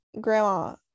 grandma